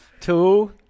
Two